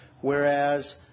whereas